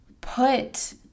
put